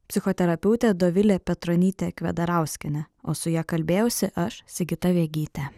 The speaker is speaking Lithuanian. psichoterapiautė dovilė petronytė kvedarauskienė o su ja kalbėjausi aš sigita vegytė